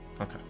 Okay